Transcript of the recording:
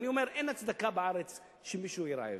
אני אומר, אין הצדקה בארץ שמישהו יהיה רעב.